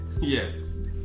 Yes